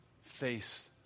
face